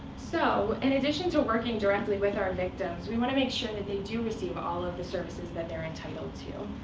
so in addition to working directly with our victims, we want to make sure that they do receive all of the services that they're entitled to.